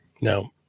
No